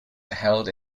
held